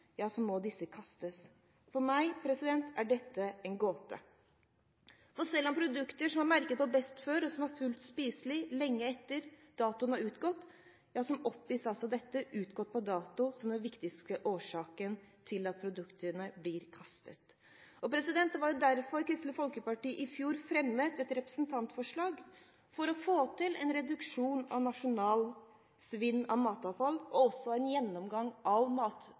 må disse kastes. For meg er dette en gåte. Selv om produkter som er merket med «best før», og som er fullt spiselige lenge etter datoen er utgått, oppgis dette med «utgått på dato» som den viktigste årsaken til at produktene blir kastet. Det var derfor Kristelig Folkeparti i fjor fremmet et representantforslag for å få til et nasjonalt mål for reduksjon av matavfall og en gjennomgang av